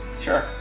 Sure